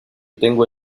tengo